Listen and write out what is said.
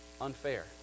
unfair